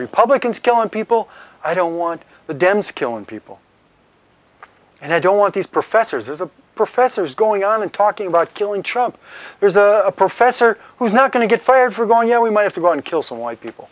republicans killing people i don't want the dems killing people and i don't want these professors as a professors going on and talking about killing trump there's a professor who's not going to get fired for going you know we might have to go and kill some white people